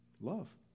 Love